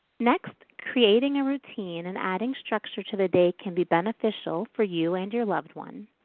next, creating a routine and adding structure to the day can be beneficial for you and your loved one.